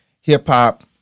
hip-hop